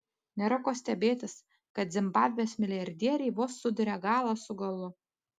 nėra ko stebėtis kad zimbabvės milijardieriai vos suduria galą su galu